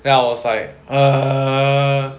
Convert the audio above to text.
then I was like err